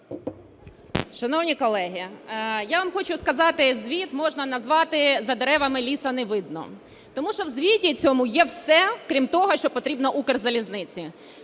Шановні колеги, я вам хочу сказати, звіт можна назвати "за деревами лісу не видно". Тому що в звіті цьому є все, крім того, що потрібно Укрзалізниці.